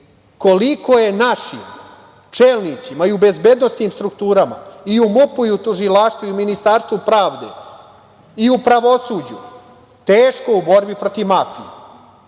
koliko je našim čelnicima i u bezbednosnim strukturama i u MUP-u i u tužilaštvu i u Ministarstvu pravde i u pravosuđu teško u borbi protiv mafije.